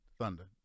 Thunder